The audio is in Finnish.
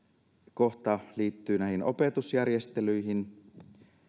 kohta liittyy opetusjärjestelyihin